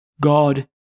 God